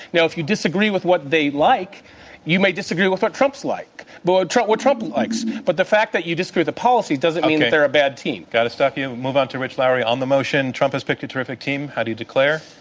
now, if you disagree with what they like you may disagree with what trump's like, but what trump what trump likes, but the fact that you disagree with the policy doesn't mean that they're a bad team. okay. got to stop you. move on to rich lowry on the motion trump has picked a terrific team. how do you declare?